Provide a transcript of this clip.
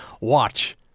watch